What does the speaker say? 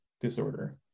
disorder